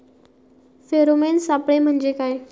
Pheromone सापळे म्हंजे काय?